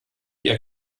ihr